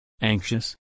Anxious